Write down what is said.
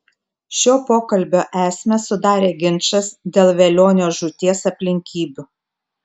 šio pokalbio esmę sudarė ginčas dėl velionio žūties aplinkybių